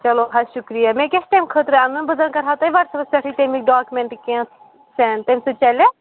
چلو حظ شُکریہ مےٚ کیٛاہ چھِ تَمہِ خٲطرٕ اَنُن بہٕ زَن کَرٕ ہا تۄہہِ وَٹس ایپَس پٮ۪ٹھٕے تَمِکۍ ڈاکیٛومٮ۪نٹ کیٚنٛہہ سینٛڈ تَمہِ سۭتۍ چَلیٛاہ